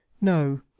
No